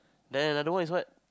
then another one is what